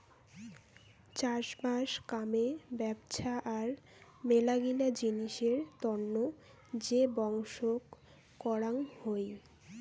চাষবাস কামে ব্যপছা আর মেলাগিলা জিনিসের তন্ন যে বংশক করাং হই